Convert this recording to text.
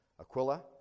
Aquila